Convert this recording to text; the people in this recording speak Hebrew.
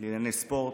לענייני ספורט,